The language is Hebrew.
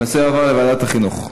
ההצעה להעביר את הנושא לוועדת החינוך,